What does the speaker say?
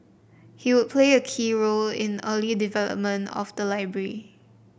he would play a key role in the early development of the library